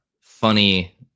funny